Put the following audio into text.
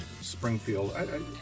springfield